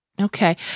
Okay